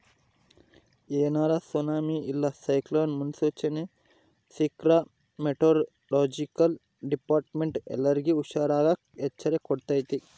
ಏನಾರ ಸುನಾಮಿ ಇಲ್ಲ ಸೈಕ್ಲೋನ್ ಮುನ್ಸೂಚನೆ ಸಿಕ್ರ್ಕ ಮೆಟೆರೊಲೊಜಿಕಲ್ ಡಿಪಾರ್ಟ್ಮೆಂಟ್ನ ಎಲ್ಲರ್ಗೆ ಹುಷಾರಿರಾಕ ಎಚ್ಚರಿಕೆ ಕೊಡ್ತತೆ